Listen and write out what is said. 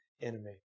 enemy